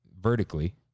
vertically